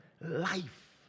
Life